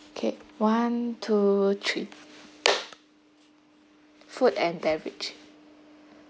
okay one two three food and beverage